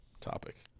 topic